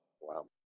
wow